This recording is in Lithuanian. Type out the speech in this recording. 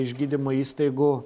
iš gydymo įstaigų